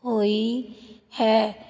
ਹੋਈ ਹੈ